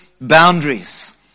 boundaries